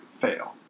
fail